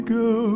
go